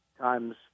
times